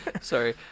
sorry